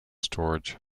storage